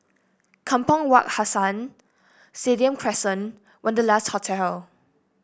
Kampong Wak Hassan Stadium Crescent Wanderlust Hotel